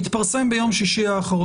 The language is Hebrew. התפרסמה כתבה ביום שישי האחרון,